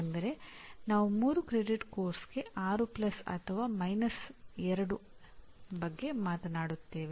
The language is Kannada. ಅಂದರೆ ನಾವು 3 ಕ್ರೆಡಿಟ್ ಪಠ್ಯಕ್ರಮಕ್ಕೆ 6 ಪ್ಲಸ್ ಅಥವಾ ಮೈನಸ್ 2 ರ ಬಗ್ಗೆ ಮಾತನಾಡುತ್ತೇವೆ